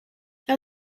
now